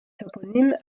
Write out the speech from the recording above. toponyme